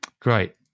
Great